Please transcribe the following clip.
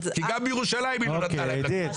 אידית,